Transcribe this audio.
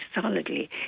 solidly